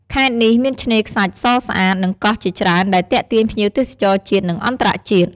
ខេត្តនេះមានឆ្នេរខ្សាច់សស្អាត និងកោះជាច្រើនដែលទាក់ទាញភ្ញៀវទេសចរជាតិ និងអន្តរជាតិ។